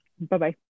Bye-bye